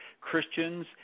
Christians